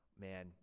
man